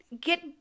Get